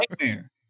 nightmare